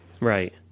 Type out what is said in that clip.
Right